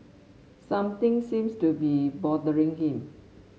something seems to be bothering him